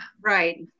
right